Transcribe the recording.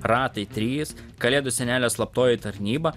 ratai trys kalėdų senelio slaptoji tarnyba